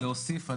אני אשמח להוסיף ,